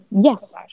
yes